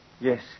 Yes